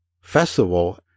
festival